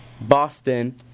Boston